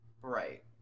right